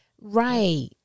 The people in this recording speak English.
Right